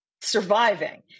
surviving